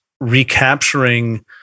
recapturing